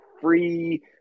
free